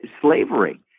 slavery